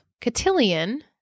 Cotillion